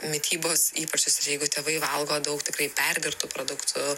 mitybos įpročius ir jeigu tėvai valgo daug tikrai perdirbtų produktų